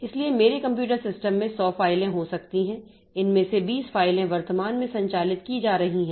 इसलिए मेरे computer system में 100 फाइलें हो सकती हैं इनमें से 20 फाइलें वर्तमान में संचालित की जा रही हैं